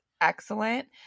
excellent